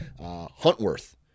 Huntworth